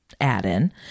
add-in